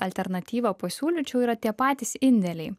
alternatyvą pasiūlyčiau yra tie patys indėliai